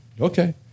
Okay